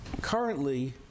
Currently